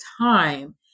time